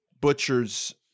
Butcher's